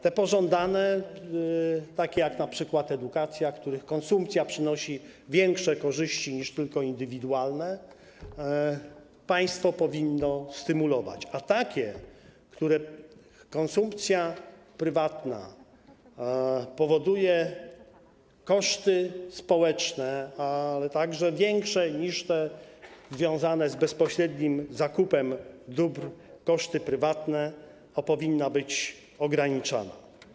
Te pożądane, jak np. edukacja, których konsumpcja przynosi większe korzyści niż tylko indywidualne, państwo powinno stymulować, a takie, których konsumpcja prywatna powoduje koszty społeczne, ale także większe niż te związane z bezpośrednim zakupem dóbr koszty prywatne powinny być ograniczane.